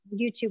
YouTube